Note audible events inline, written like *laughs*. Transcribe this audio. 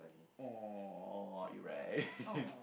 !aww! you right *laughs*